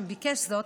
אם ביקש זאת,